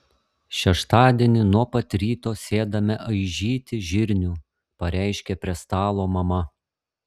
šeštadienį nuo pat ryto sėdame aižyti žirnių pareiškė prie stalo mama